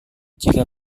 jika